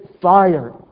fire